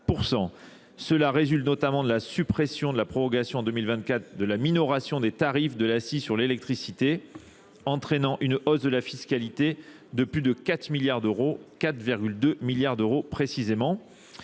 Cela résulte notamment de la suppression de la prorogation en 2024 de la minoration des tarifs de l'ACI sur l'électricité, entraînant une hausse de la fiscalité de plus de 4 milliards d'euros, 4,2 milliards d'euros précisément.